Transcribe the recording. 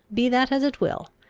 be that as it will,